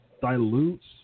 dilutes